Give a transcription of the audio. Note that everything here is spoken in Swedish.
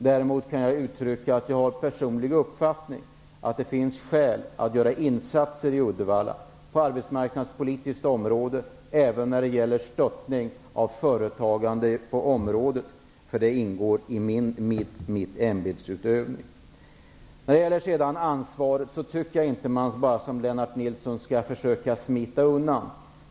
Däremot kan jag uttrycka en personlig uppfattning att det finns skäl att göra insatser i Uddevalla på det arbetsmarknadspolitiska området och även för att understödja företagande på området, eftersom det ingår i min ämbetsutövning. När det sedan gäller ansvaret tycker jag inte att man som Lennart Nilsson bara skall försöka smita undan.